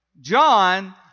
John